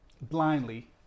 blindly